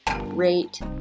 rate